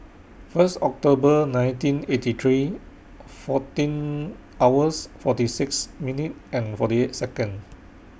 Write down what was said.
First October nineteen eighty three fourteen hours forty six minute and forty eight Second